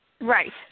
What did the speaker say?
Right